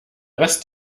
rest